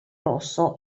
rosso